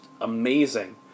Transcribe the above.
amazing